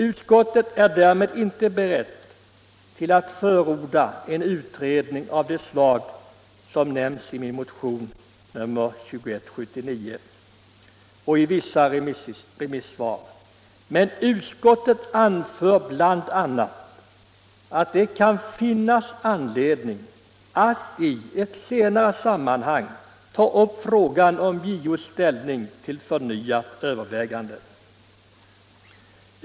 Utskottet är därmed inte berett att förorda en utredning av det slag som nämnts i min motion 2179 och i vissa remissvar, men utskottet anför bl.a. att det kan finnas anledning att i ett senare sammanhang ta upp frågan om JO:s ställning till förnyat övervägande.